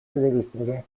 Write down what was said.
agricole